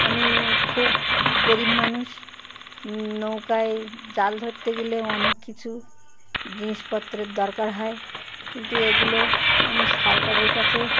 আমি খুব গরিব মানুষ নৌকায় জাল ধরতে গেলেও অনেক কিছু জিনিসপত্রের দরকার হয় কিন্তু এগুলো আমি সরকারের কাছে